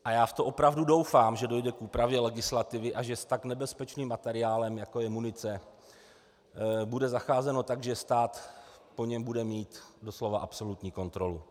A já v to opravdu doufám, že dojde k úpravě legislativy a že s tak nebezpečným materiálem, jako je munice, bude zacházeno tak, že stát o něm bude mít doslova absolutní kontrolu.